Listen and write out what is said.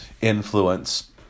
influence